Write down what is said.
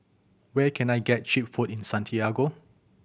where can I get cheap food in Santiago